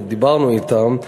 ודיברנו אתם,